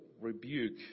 rebuke